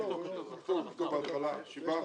כתוב בהתחלה 7%,